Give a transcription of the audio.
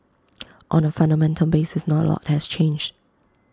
on A fundamental basis not A lot has changed